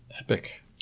epic